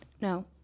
no